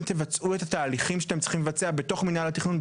שתבצעו את התהליכים שאתם צריכים לבצע בתוך מינהל התכנון,